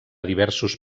diversos